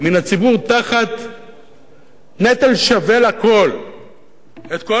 מן הציבור תחת נטל שווה לכול את כל